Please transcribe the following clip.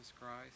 Christ